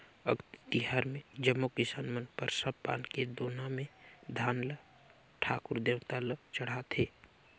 अक्ती तिहार मे जम्मो किसान मन परसा पान के दोना मे धान ल ठाकुर देवता ल चढ़ाथें